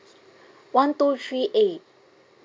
one two three eight